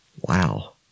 Wow